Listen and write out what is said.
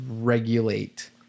regulate